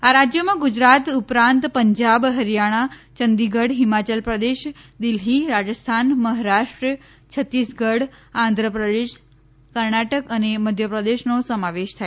આ રાજયોમાં ગુજરાત ઉપરાંત પંજાબ હરિયાણા ચંદીગઢ હિમાચલ પ્રદેશ દિલ્હી રાજસ્થાન મહારાષ્ટ્ર છત્તીસગઢ આંધ્રપ્રદેશ કર્ણાટક અને મધ્યપ્રદેશનો સમાવેશ થાય છે